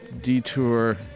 detour